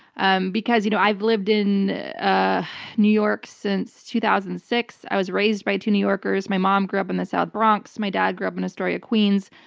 um because you know i've lived in ah new york since two thousand and six. i was raised by two new yorkers. my mom grew up in the south bronx. my dad grew up in astoria, queens.